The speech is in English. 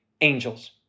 angels